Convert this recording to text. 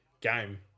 game